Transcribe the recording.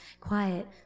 quiet